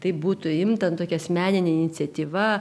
taip būtų imta tokia asmeninė iniciatyva